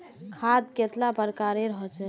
खाद कतेला प्रकारेर होचे?